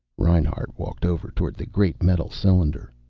reinhart walked over toward the great metal cylinder.